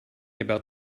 about